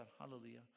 Hallelujah